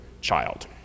child